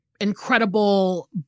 incredible